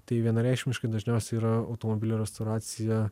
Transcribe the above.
tai vienareikšmiškai dažniausiai yra automobilio restauracija